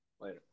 Later